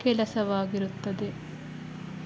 ಕೆಲಸವಾಗಿರುತ್ತದೆ